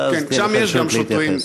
ואז תהיה לך אפשרות להתייחס.